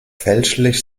fälschlich